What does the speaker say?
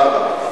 תודה רבה.